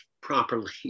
properly